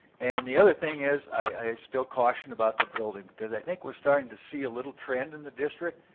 and the other thing is i still caution about the building, because i think we're starting to see a little trend in the district.